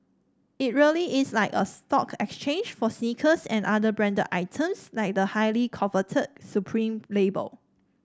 it really is like a stock exchange for sneakers and other branded items like the highly coveted Supreme label